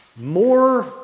More